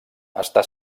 està